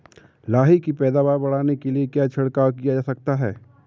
लाही की पैदावार बढ़ाने के लिए क्या छिड़काव किया जा सकता है?